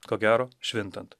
ko gero švintant